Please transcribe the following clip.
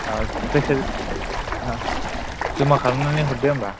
औ जायखिया अ जमा खालामनानै हरदो होमब्ला